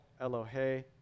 Elohe